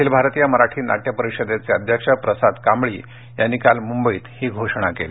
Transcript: अखिल भारतीय मराठी नाट्य परिषदेचे अध्यक्ष प्रसाद कांबळी यांनी काल मुंबईत ही घोषणा केली